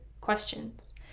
questions